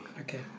Okay